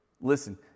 Listen